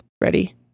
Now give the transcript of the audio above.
ready